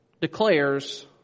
declares